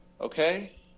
okay